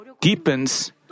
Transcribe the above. deepens